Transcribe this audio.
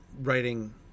writing